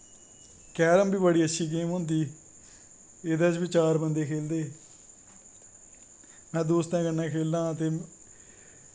carrom बी बड़ी अच्छी गेम होदी एह्दै च बी चार बंदे खेलदे ते में दोस्तैं कन्नै खेलना